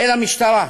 אל המשטרה,